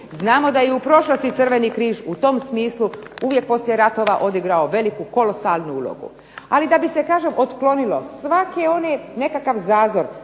Znamo da je i u prošlosti Crveni križ u tom smislu uvijek poslije ratova odigrao veliku kolosalnu ulogu. Ali da bi se kažem otklonilo svake one, nekakav zazor,